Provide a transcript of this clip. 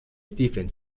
stephen